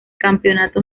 campeonato